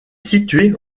située